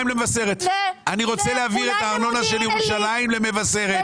אני רוצה להעביר את הארנונה של ירושלים למבשרת.